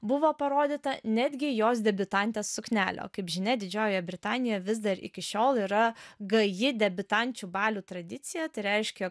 buvo parodyta netgi jos debiutantės suknelė o kaip žinia didžiojoje britanijoje vis dar iki šiol yra gaji debiutančių balių tradicija tai reiškia